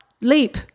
leap